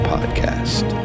Podcast